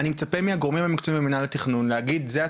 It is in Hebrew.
אני מצפה מהגורמים המקצועיים במנהל התכנון להגיד "זה הצורך,